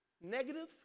negative